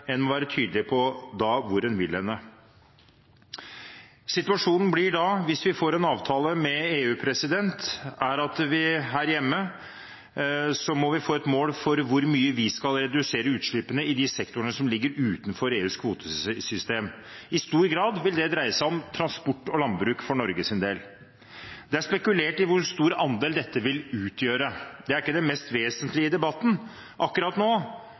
en må være tydelig på hvor en vil hen. Situasjonen blir da, hvis vi får en avtale med EU, at vi her hjemme må få et mål for hvor mye vi skal redusere utslippene i de sektorene som ligger utenfor EUs kvotesystem. I stor grad vil det dreie seg om transport og landbruk for Norges del. Det er spekulert i hvor stor andel dette vil utgjøre. Det er ikke det mest vesentlige i debatten akkurat nå,